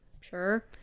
sure